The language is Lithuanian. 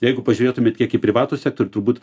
jeigu pažiūrėtumėt kiek į privatų sektorių turbūt